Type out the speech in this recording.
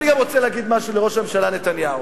אני גם רוצה להגיד משהו לראש הממשלה נתניהו.